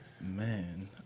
Man